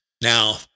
Now